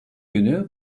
günü